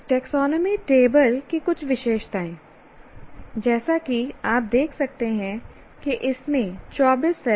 taxonomy table की कुछ विशेषताएं जैसा कि आप देख सकते हैं कि इसमें 24 सेल हैं